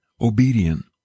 obedient